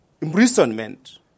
imprisonment